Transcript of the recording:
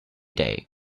day